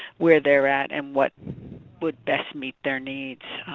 where they're at and what would best meet their needs.